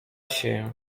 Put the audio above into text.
się